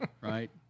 right